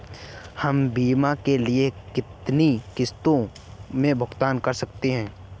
हम बीमा के लिए कितनी किश्तों में भुगतान कर सकते हैं?